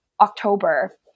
October